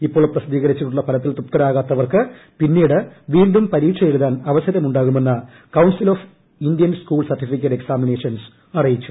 ഇപ്പോൾ പ്രസിദ്ധീകരിച്ചിട്ടുള്ള ഫലത്തിൽ തൃപ്തരാകാത്തവർക്ക് പിന്നീട് വീണ്ടും പരീക്ഷ എഴുതാൻ അവസരമുണ്ടാകുമെന്ന് council of Indian school certificate examinations അറിയിച്ചു